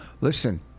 Listen